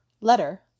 letter